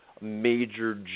major